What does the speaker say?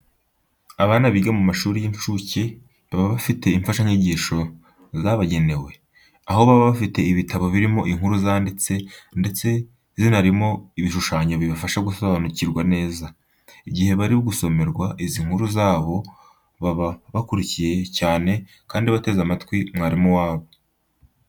Abana biga mu mashuri y'incuke, baba bafite imfashanyigisho zabagenewe. Aho baba bafite ibitabo birimo inkuru zanditse, ndetse zinarimo ibishushanyo bibafasha gusobanukirwa neza. Igihe bari gusomerwa izi nkuru zabo, baba bakurikiye cyane kandi bateze amatwi mwarimu wabo.